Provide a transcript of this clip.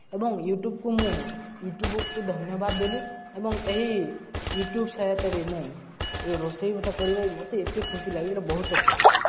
ଏବଂ ୟୁଟ୍ୟୁବ୍କୁ ମୁଁ ୟୁଟ୍ୟୁବ୍କୁ ଧନ୍ୟବାଦ ଦେଲି ଏବଂ ଏହି ୟୁଟ୍ୟୁବ୍ ସହାୟତାରେ ମୁଁ ଏ ରୋଷେଇଟା କରିବା ମୋତେ ଏତେ ଖୁସି ଲାଗିଥିଲା ବହୁତ ଖୁସି ଲାଗିଥିଲା